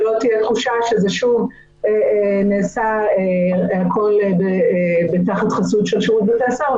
שלא תהיה תחושה ששוב הכול נעשה תחת חסות שירות בתי הסוהר,